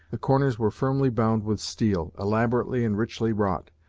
the corners were firmly bound with steel, elaborately and richly wrought,